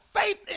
faith